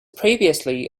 previously